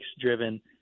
driven